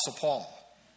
Paul